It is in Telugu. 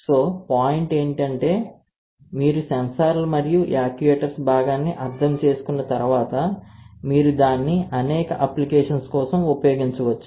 సో పాయింట్ ఏంటి అంటే మీరు సెన్సార్లు మరియు యాక్యుయేటర్స్ భాగాన్ని అర్థం చేసుకున్న తర్వాత మీరు దానిని అనేక అప్లికేషన్స్ కోసం ఉపయోగించవచ్చు